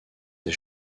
des